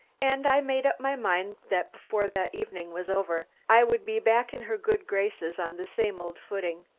and i made up my mind that before the evening was over, i would be back in her good graces, on the same old footing.